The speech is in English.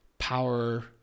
power